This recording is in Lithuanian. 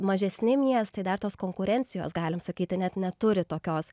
mažesni miestai dar tos konkurencijos galime sakyti net neturi tokios